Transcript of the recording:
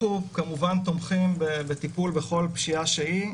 כמובן תומכים בטיפול בכל פשיעה שהיא,